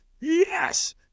yes